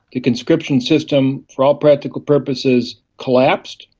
the conscription system for all practical purposes collapsed.